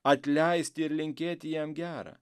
atleisti ir linkėti jam gera